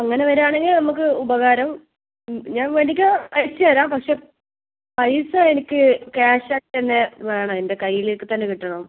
അങ്ങനെ വരുവാണെങ്കിൽ നമുക്ക് ഉപകാരം ഞാൻ വേണമെങ്കിൽ അയച്ച് തരാം പക്ഷേ പൈസ എനിക്ക് ക്യാഷായിട്ട് തന്നെ വേണം എൻ്റെ കൈയ്യിലേക്ക് തന്നെ കിട്ടണം